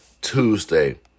Tuesday